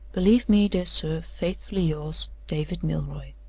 believe me, dear sir, faithfully yours, david milroy.